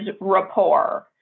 rapport